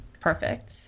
Perfect